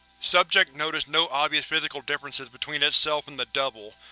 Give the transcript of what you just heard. subject noticed no obvious physical differences between itself and the double,